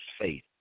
faith